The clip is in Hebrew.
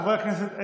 חברי הכנסת,